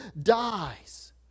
dies